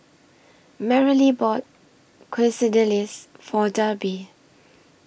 Merrilee bought Quesadillas For Darby